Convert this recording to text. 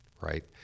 right